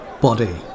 body